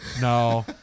No